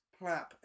Plap